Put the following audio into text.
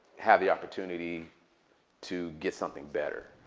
have the opportunity to get something better.